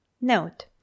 Note